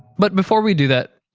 but before we do that,